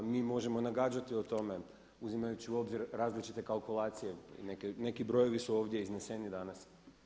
Mi možemo nagađati o tome uzimajući u obzir različite kalkulacije, neki brojevi su ovdje izneseni danas.